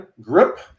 grip